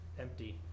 empty